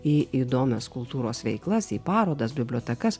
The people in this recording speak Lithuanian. į įdomias kultūros veiklas į parodas bibliotekas